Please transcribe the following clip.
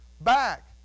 back